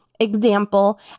example